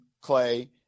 clay